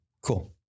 Cool